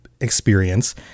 experience